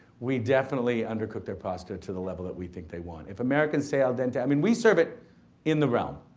we definitely undercook their pasta the level that we think they want. if americans say al dente, i mean we serve it in the realm,